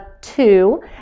two